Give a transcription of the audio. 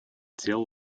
дел